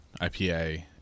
IPA